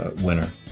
winner